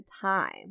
time